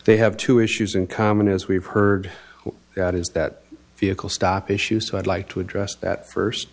they have two issues in common as we've heard that is that vehicle stop issue so i'd like to address that first